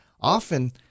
Often